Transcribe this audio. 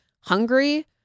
hungry